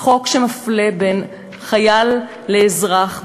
חוק שמפלה בין חייל לאזרח,